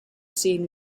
seen